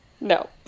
No